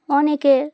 অনেকের